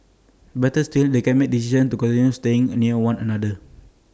better still they can make A decision to continue staying near one another